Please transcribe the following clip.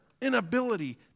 inability